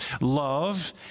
love